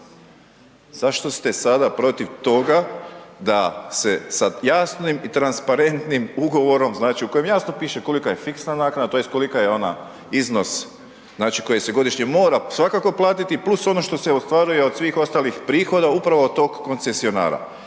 zašto ste sada protiv toga, da se sa jasnim i transparentnim ugovorim, znači u kojem jasno piše koliko je fiksna naknada, tj. koliko je onaj iznos, koji se godišnje mora svakako platiti, plus ono što se ostvaruje od svih ostalih prihoda upravo od toga koncesionara.